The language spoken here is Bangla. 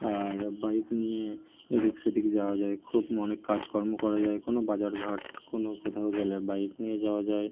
আর বাইক নিয়ে এদিক সেদিক যাওয়া যায় খুব অনেক কাজকর্ম করা যায় কোনো বাজার ঘাট কোনো কোথাও গেলে বাইক নিয়ে যাওয়া যায়